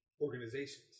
organizations